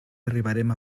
arribarem